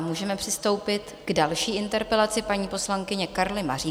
Můžeme přistoupit k další interpelaci paní poslankyně Karly Maříkové.